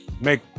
make